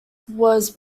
was